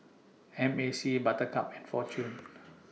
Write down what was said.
M A C Buttercup and Fortune